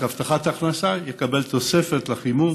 הבטחת הכנסה לקבל תוספת לחימום